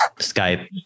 Skype